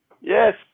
Yes